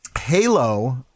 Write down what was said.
Halo